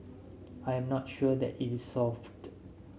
I am not sure that it is solved